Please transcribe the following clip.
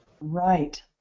Right